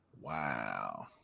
Wow